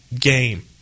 game